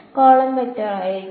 column vector ആയിരിക്കും